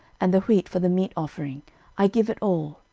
and the wheat for the meat offering i give it all.